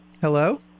Hello